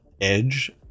edge